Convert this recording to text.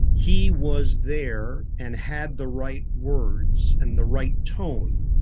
he was there and had the right words and the right tone,